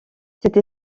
cette